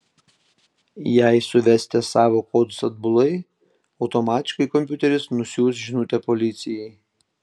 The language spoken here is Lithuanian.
jei suvesite savo kodus atbulai automatiškai kompiuteris nusiųs žinutę policijai